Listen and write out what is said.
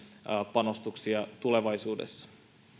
panostuksia tulevaisuudessa